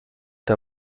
der